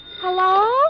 Hello